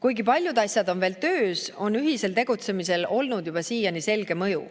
Kuigi paljud asjad on veel töös, on ühisel tegutsemisel olnud juba siiani selge mõju.